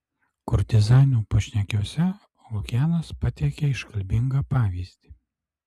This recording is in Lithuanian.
kurtizanių pašnekesiuose lukianas pateikia iškalbingą pavyzdį